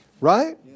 Right